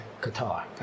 Qatar